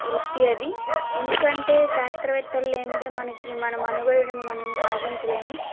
వృత్తి అది ఎందుకంటే శాస్త్రవేత్తలు లేనిదే మనకి మన మనుగడను మనం సాగించలేము